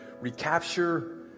recapture